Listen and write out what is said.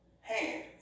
hands